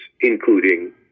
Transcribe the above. including